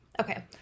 Okay